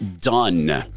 done